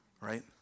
Right